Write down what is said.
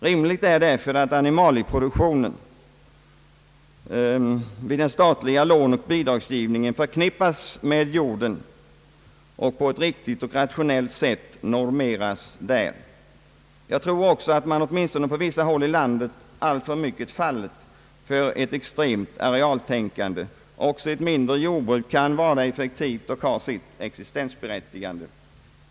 Rimligt är därför att animalieproduktionen vid den statliga lånoch bidragsgivningen förknippas med jorden och på ett riktigt och rationellt sätt normeras där. Jag tror också att man åtminstone på vissa håll i landet alltför mycket faller för ett extremt arealtänkande. Även ett mindre jordbruk kan vara effektivt och ha sitt existensberättigande.